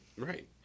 right